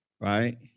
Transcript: Right